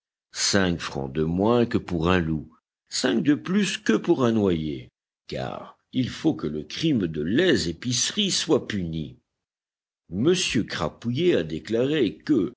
cinq francs de moins que pour un loup cinq de plus que pour un noyé car il faut que le crime de lèse épicerie soit puni m crapouillet a déclaré que